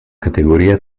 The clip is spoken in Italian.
categoria